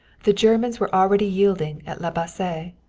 the germans were already yielding at la bassee.